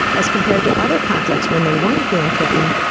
as compared to other contexts when they weren't feeling threatened,